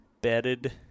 bedded